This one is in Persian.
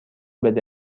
بده